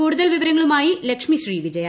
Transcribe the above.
കൂടുതൽ വിവരങ്ങളുമായി ലക്ഷ്മി ശ്രീ വിജയ